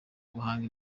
guhanga